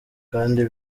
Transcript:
kandi